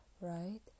right